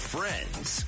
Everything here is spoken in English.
Friends